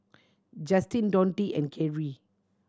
Justin Donte and Carey